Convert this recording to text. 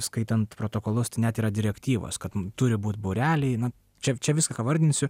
skaitant protokolus net yra direktyvos kad turi būti būreliai na čia čia viską ką vardinsiu